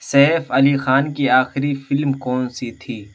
safe Ali Khan کی آخری film کون سی تھی